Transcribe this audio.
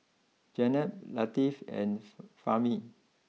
Jenab Latif and Fahmi